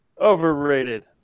Overrated